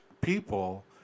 people